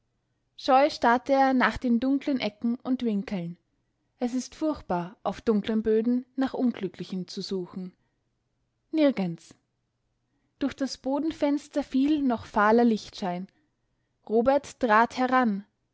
scheu starrte er nach den dunklen ecken und winkeln es ist furchtbar auf dunklen böden nach unglücklichen zu suchen nirgends durch das bodenfenster fiel noch fahler lichtschein robert trat heran